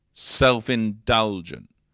self-indulgent